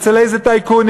אצל איזה טייקונים?